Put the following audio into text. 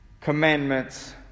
commandments